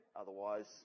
Otherwise